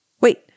Wait